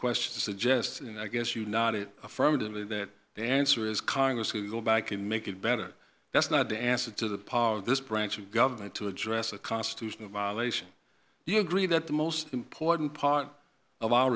question to suggest and i guess you not it affirmatively that the answer is congress to go back and make it better that's not the answer to the power of this branch of government to address a constitutional violation do you agree that the most important part of our